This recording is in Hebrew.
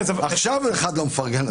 עכשיו אחד לא מפרגן לשני.